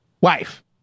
wife